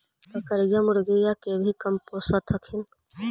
बकरीया, मुर्गीया के भी कमपोसत हखिन?